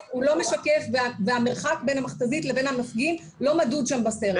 --- הוא לא משקף והמרחק בין המכת"זית לבין המפגין לא מדוד שם בסרט.